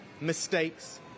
mistakes